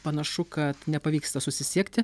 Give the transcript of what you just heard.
panašu kad nepavyksta susisiekti